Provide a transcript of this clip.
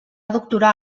doctorar